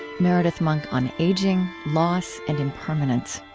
meredith monk on aging, loss, and impermanence.